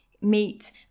meat